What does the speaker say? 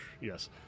Yes